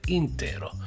intero